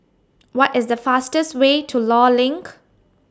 What IS The fastest Way to law LINK